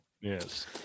yes